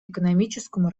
экономическому